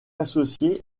associée